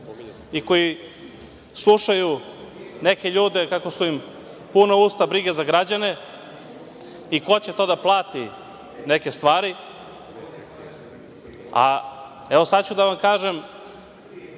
i koji slušaju neke ljude kako su im puna usta brige za građane i ko će to da plati, neke stvari, a sada ću vam reći